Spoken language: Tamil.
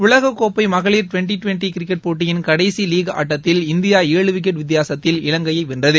உலகக்கோப்பை மகளிர் டுவெண்டி டுவெண்டி கிரிக்கெட் போட்டியின் கடைசி லீக் ஆட்டத்தில் இந்தியா ஏழு விக்கெட் வித்தியாசத்தில் இலங்கையை வென்றது